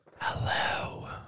Hello